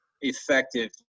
effective